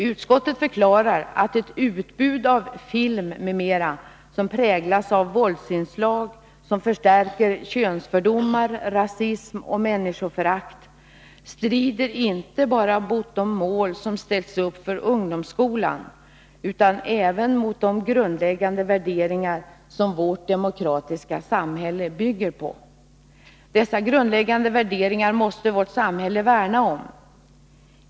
Utskottet förklarar att ett utbud av film m.m. som präglas av våldsinslag som förstärker könsfördomar, rasism och människoförakt, strider inte bara mot de mål som ställts upp för ungdomsskolan utan även mot de grundläggande värderingar som vårt demokratiska samhälle bygger på. Dessa grundläggande värderingar måste vårt samhälle värna om.